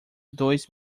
dois